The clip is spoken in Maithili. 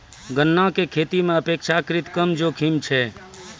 गन्ना के खेती मॅ अपेक्षाकृत कम जोखिम छै